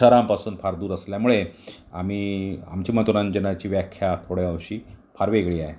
शहरांपासून फार दूर असल्यामुळे आम्ही आमची मनोरंजनाची व्याख्या थोड्या अंशी फार वेगळी आहे